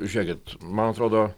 žiūrėkit man atrodo